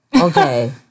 Okay